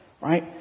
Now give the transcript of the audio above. Right